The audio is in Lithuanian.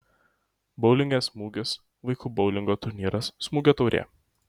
boulinge smūgis vaikų boulingo turnyras smūgio taurė